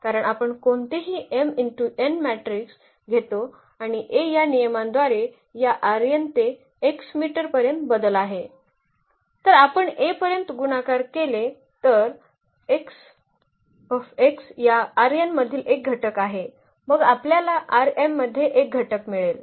कारण आपण कोणतेही मॅट्रिक्स घेतो आणि A या नियमांद्वारे या ते X मीटर पर्यंत बदल आहे जर आपण A पर्यंत गुणाकार केले तर x x या मधील एक घटक आहे मग आपल्याला मध्ये एक घटक मिळेल